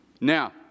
Now